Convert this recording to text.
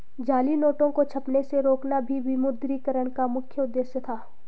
जाली नोटों को छपने से रोकना भी विमुद्रीकरण का मुख्य उद्देश्य था